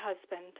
husband